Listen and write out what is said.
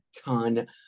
ton